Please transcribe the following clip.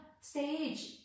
stage